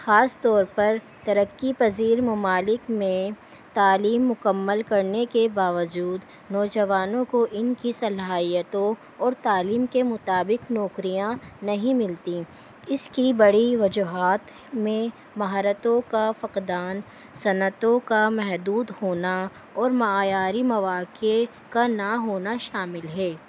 خاص طور پر ترقی پذیر ممالک میں تعلیم مکمل کرنے کے باوجود نوجوانوں کو ان کی صلاحیتوں اور تعلیم کے مطابق نوکریاں نہیں ملتی اس کی بڑی وجوہات میں مہارتوں کا فقدان صنعتوں کا محدود ہونا اور معیاری مواقع کا نہ ہونا شامل ہے